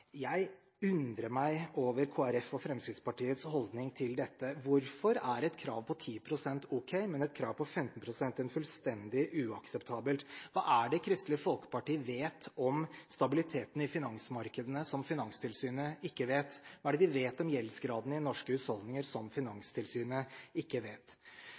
Jeg undrer meg over Kristelig Folkepartis og Fremskrittspartiets holdning til dette. Hvorfor er et krav på 10 pst. ok, men et krav på 15 pst. fullstendig uakseptabelt? Hva er det Kristelig Folkeparti vet om stabiliteten i finansmarkedene som Finanstilsynet ikke vet? Hva er det de vet om gjeldsgraden i norske husholdninger som Finanstilsynet ikke vet?